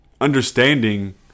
understanding